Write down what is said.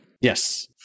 Yes